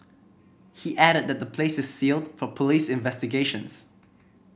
he added that the place is sealed for police investigations